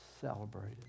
celebrated